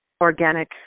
organic